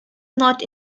not